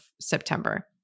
September